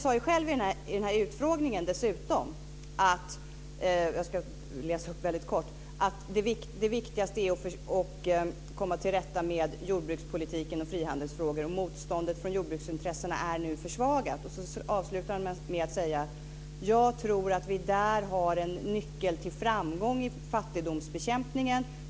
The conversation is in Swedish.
Pagrotsky sade dessutom själv vid denna utfrågning: "Det viktigaste är att komma till rätta med jordbrukspolitiken och frihandelsfrågor. Motståndet från jordbruksintressena är nu försvagat." Sedan avslutar han med att säga: "Jag tror att vi där har en nyckel till framgång i fattigdomsbekämpningen.